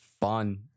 fun